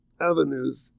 avenues